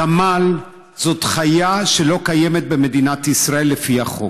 הגמל זאת חיה שלא קיימת במדינת ישראל לפי החוק.